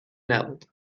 نبود